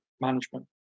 management